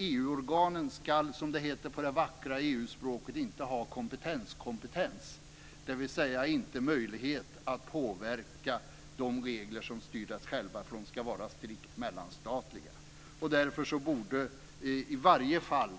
EU-organen ska, som det heter på det vackra EU-språket, inte ha kompetenskompetens, dvs. inte ha möjlighet att påverka de regler som styr dem själva. De ska vara strikt mellanstatliga. Därför borde det i alla fall